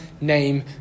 name